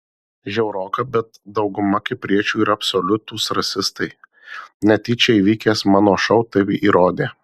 žiauroka bet dauguma kipriečių yra absoliutūs rasistai netyčia įvykęs mano šou tai įrodė